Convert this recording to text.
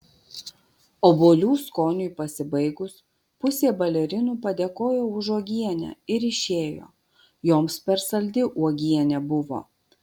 obuolių skoniui pasibaigus pusė balerinų padėkojo už uogienę ir išėjo joms per saldi uogienė buvo